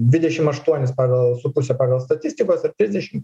dvidešim aštuonis pagal su puse pagal statistikos ir trisdešim